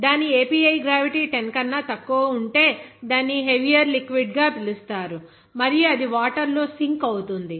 దాని API gravity 10 కన్నా తక్కువ ఉంటే దానిని హెవియర్ లిక్విడ్ గా పిలుస్తారు మరియు అది వాటర్ లో సింక్ అవుతుంది